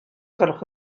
gwelwch